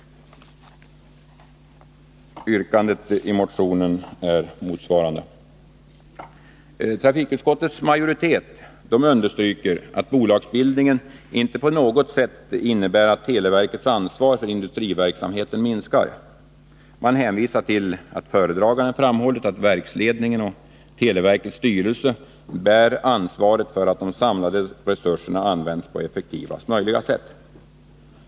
Yrkandet i motionen har detta innehåll. Trafikutskottets majoritet understryker att bolagsbildningen inte på något sätt innebär att televerkets ansvar för industriverksamheten minskar. Man hänvisar till att fördragande statsrådet i propositionen framhållit att verksledningen och televerkets styrelse bär ansvaret för att de samlade resurserna används på effektivaste möjliga sätt.